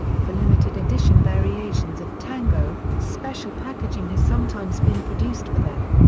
for limited edition variations of tango, special packaging has sometimes been produced for them.